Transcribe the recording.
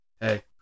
Hey